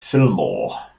fillmore